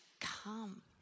come